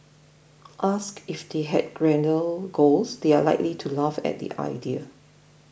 asked if they had grander goals they are likely to laugh at the idea